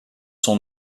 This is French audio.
son